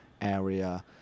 area